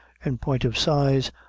in point of size,